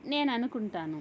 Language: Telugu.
నేను అనుకుంటాను